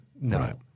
No